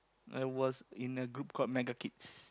I was in a group called mega kids